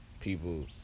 people